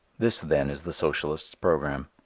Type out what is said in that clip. this, then, is the socialist's program.